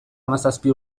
hamazazpi